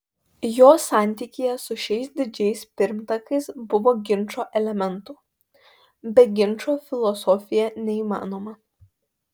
jo santykyje su šiais didžiais pirmtakais buvo ginčo elementų be ginčo filosofija neįmanoma